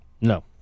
No